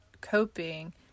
coping